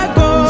go